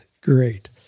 Great